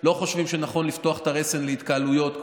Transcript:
לא חושבים שנכון לפתוח את הרסן להתקהלויות,